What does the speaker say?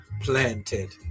planted